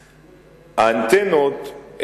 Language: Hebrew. האנטנות,